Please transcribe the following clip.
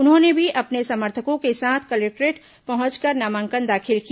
उन्होंने भी अपने समर्थकों के साथ कलेक्ट्रोरेट पहुंचकर नामांकन दाखिल किया